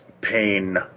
pain